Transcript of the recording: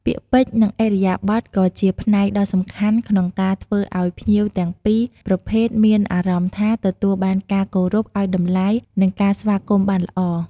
ពាក្យពេចន៍ និងឥរិយាបថក៏ជាផ្នែកដ៏សំខាន់ក្នុងការធ្វើឱ្យភ្ញៀវទាំងពីរប្រភេទមានអារម្មណ៍ថាទទួលបានការគោរពអោយតម្លៃ និងការស្វាគមន៍បានល្អ។